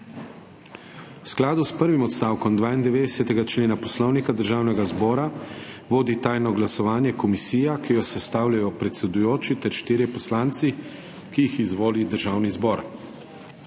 V skladu s prvim odstavkom 92. člena Poslovnika Državnega zbora vodi tajno glasovanje komisija, ki jo sestavljajo predsedujoči ter štirje poslanci, ki jih izvoli Državni zbor.